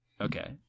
okay